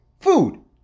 Food